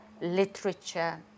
literature